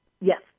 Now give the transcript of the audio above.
Yes